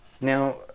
now